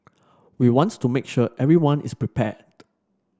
we wants to make sure everyone is prepared